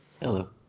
Hello